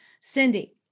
Cindy